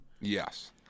Yes